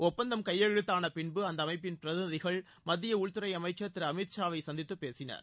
ஒப்பந்தம் கையெழுத்தான பின்பு அந்த அமைப்பின் பிரதிநிதிகள் மத்திய உள்துறை அமைச்சர் திரு அமித் ஷாவை சந்தித்து பேசினர்